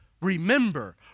remember